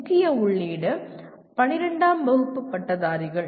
முக்கிய உள்ளீடு 12 ஆம் வகுப்பு பட்டதாரிகள்